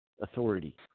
authority